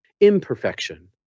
imperfection